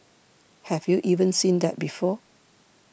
have you even seen that before